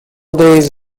days